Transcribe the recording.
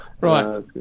Right